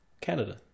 Canada